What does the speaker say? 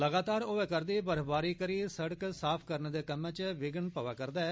लगातार होआ रदी बर्फबारी करी सिड़क साफ करने दे कम्मै च विघ्न पवा'रदा ऐ